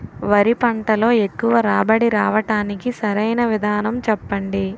వరి పంటలో ఎక్కువ రాబడి రావటానికి సరైన విధానం చెప్పండి?